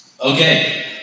okay